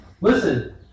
Listen